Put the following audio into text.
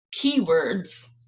keywords